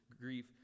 grief